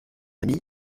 amies